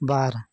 ᱵᱟᱨ